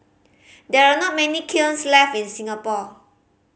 there are not many kilns left in Singapore